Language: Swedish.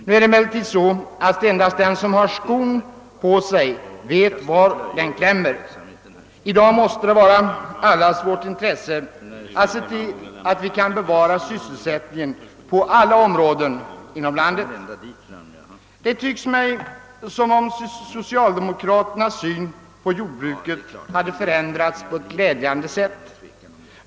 Nu är det emellertid så att endast den som har skon på sig vet var den klämmer. I dag måste det ligga i allas vårt intresse att vi kan bevara sysselsättningen på alla områden inom landet. Det tycks mig som om socialdemokraternas syn på jordbruket hade förändrats på ett glädjande sätt.